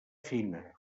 fina